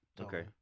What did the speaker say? okay